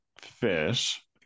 fish